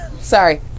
Sorry